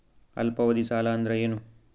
ಅಲ್ಪಾವಧಿ ಸಾಲ ಅಂದ್ರ ಏನು?